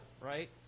right